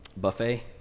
buffet